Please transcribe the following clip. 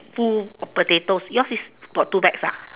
full of potatoes your is got two bags ah